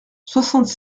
soixante